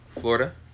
Florida